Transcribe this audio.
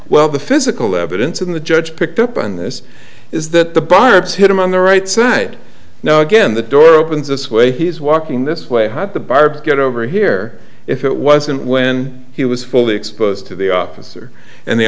well the physical evidence in the judge picked up on this is that the barbs hit him on the right side now again the door opens this way he's walking this way had the barbs get over here if it wasn't when he was fully exposed to the officer and the